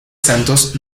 santos